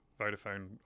Vodafone